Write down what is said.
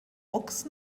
ochs